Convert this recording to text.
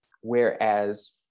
whereas